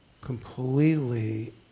completely